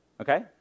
Okay